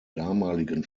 damaligen